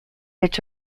its